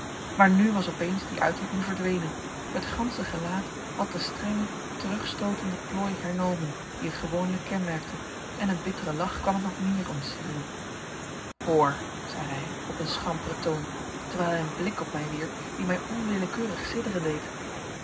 maar nu was opeens die uitdrukking verdwenen het gansche gelaat had de strenge terugstootende plooi hernomen die het gewoonlijk kenmerkte en een bittere lach kwam het nog meer ontsieren hoor zeide hij op een schamperen toon terwijl hij een blik op mij wierp die mij onwillekeurig sidderen deed